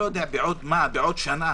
בעוד שנה